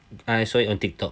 I saw it on tiktok